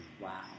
Wow